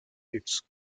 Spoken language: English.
its